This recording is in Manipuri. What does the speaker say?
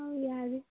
ꯑꯧ ꯌꯥꯔꯤ